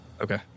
Okay